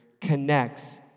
connects